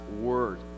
Word